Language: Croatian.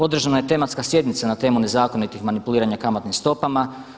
Održana je tematska sjednica na temu nezakonitih manipuliranja kamatnim stopama.